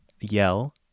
Yell